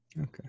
okay